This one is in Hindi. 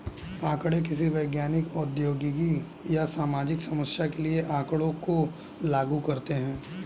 आंकड़े किसी वैज्ञानिक, औद्योगिक या सामाजिक समस्या के लिए आँकड़ों को लागू करते है